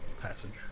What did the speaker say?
passage